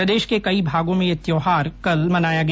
प्रदेश के कई भागों में यह त्योहार कल मनाया गया